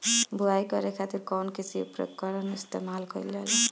बुआई करे खातिर कउन कृषी उपकरण इस्तेमाल कईल जाला?